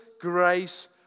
grace